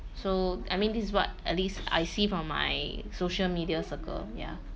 so I mean this is what at least I see from my social media circle ya